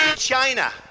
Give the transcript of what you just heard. china